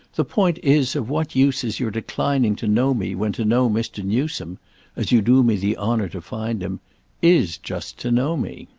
the point is of what use is your declining to know me when to know mr. newsome as you do me the honour to find him is just to know me.